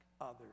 others